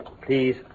please